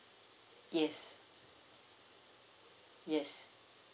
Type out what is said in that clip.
yes yes